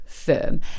firm